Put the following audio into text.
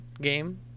game